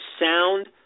sound